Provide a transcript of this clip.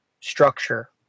structure